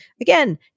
again